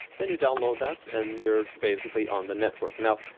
then you download that and you're basically on the network. now,